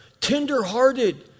tenderhearted